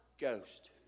Ghost